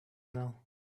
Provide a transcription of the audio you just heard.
now